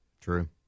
True